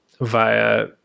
via